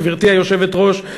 גברתי היושבת-ראש,